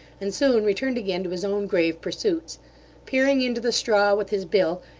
and soon returned again to his own grave pursuits peering into the straw with his bill,